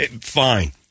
Fine